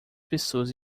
pessoas